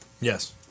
Yes